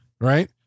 right